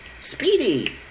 speedy